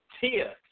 Tia